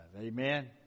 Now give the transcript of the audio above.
Amen